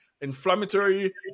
Inflammatory